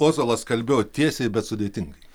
ozolas kalbėjo tiesiai bet sudėtingai